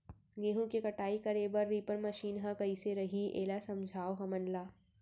गेहूँ के कटाई करे बर रीपर मशीन ह कइसे रही, एला समझाओ हमन ल?